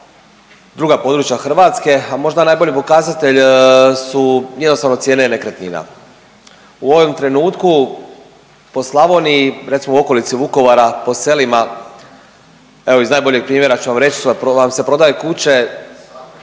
druga područja Hrvatske, a možda najbolji pokazatelj su jednostavno cijene nekretnina. U ovom trenutku po Slavoniji, recimo u okolici Vukovara po selima evo iz najboljeg primjera ću vam reći vam se prodaju kuće